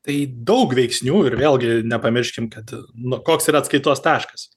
tai daug veiksnių ir vėlgi nepamirškim kad nu koks yra atskaitos taškas